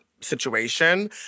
situation